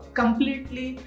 completely